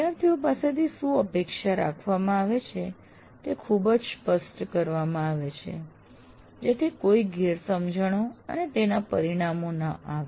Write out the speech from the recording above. વિદ્યાર્થીઓ પાસેથી શું અપેક્ષા રાખવામાં આવે છે તે ખૂબ જ સ્પષ્ટ કરવામાં આવે છે જેથી કોઈ ગેરસમજણો અને તેના પરિણામો ન આવે